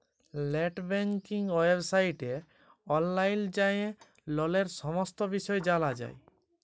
late banking ওয়েবসাইটে অললাইল যাঁয়ে ললের সমস্ত বিষয় জালা যায়